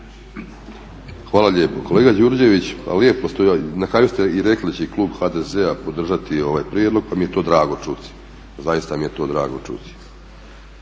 Hvala lijepo. Kolega Đurđević lijepo …/Govornik se ne razumije./… na kraju ste i rekli da će klub HDZ-a podržati i ovaj prijedlog pa mi je to drago čuti, zaista mi je to drago čuti.